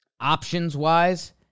options-wise